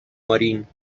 مارین